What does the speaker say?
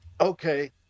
okay